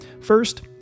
First